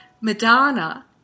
Madonna